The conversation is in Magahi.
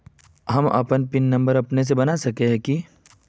हम अपन पिन नंबर अपने से बना सके है की?